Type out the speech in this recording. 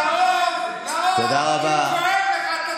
נאור, נאור, אני צועק לך.